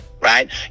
right